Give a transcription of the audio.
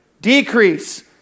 decrease